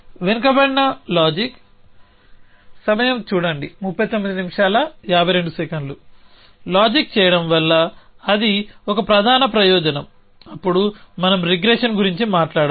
వెనుకబడిన లాజిక్ సమయం చూడండి 3952 తార్కికం చేయడం వల్ల అది ఒక ప్రధాన ప్రయోజనం అప్పుడు మనం రిగ్రెషన్ గురించి మాట్లాడాలి